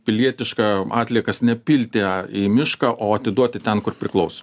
pilietiška atliekas ne pilti į mišką o atiduoti ten kur priklauso